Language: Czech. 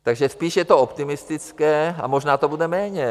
Takže spíš je to optimistické a možná to bude méně.